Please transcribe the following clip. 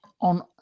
on